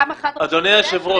אנחנו